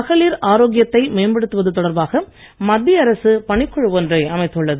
மகளிர் ஆரோக்கியத்தை மேம்படுத்துவது தொடர்பாக மத்திய அரசு பணிக்குழு ஒன்றை அமைத்துள்ளது